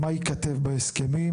מה ייכתב בהסכמים,